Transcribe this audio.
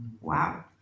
Wow